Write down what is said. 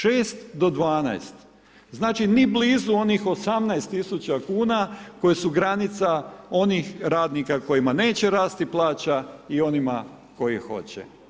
6 do 12, znači ni blizu onih 18.000,00 kn koje su granica onih radnika kojima neće rasti plaća i onima koji hoće.